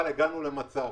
אבל הגענו למצב